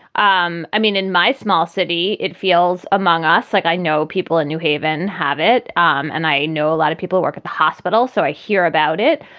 um i mean, in my small city, it feels among us like i know people in new haven have it. um and i know a lot of people work in the hospital. so i hear about it.